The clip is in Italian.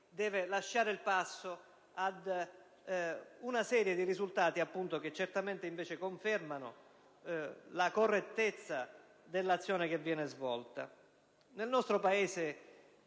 e lasciare il passo ad una serie di risultati che certamente confermano la correttezza dell'azione svolta. Nel nostro Paese,